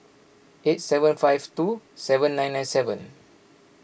eight seven five two seven nine nine seven